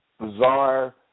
bizarre